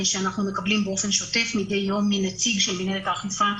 שאנחנו מקבלים באופן שוטף מדי יום מנציג של מנהלת האכיפה,